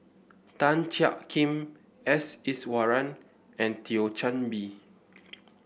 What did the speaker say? Tan Jiak Kim S Iswaran and Thio Chan Bee